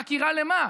חקירה לְמה?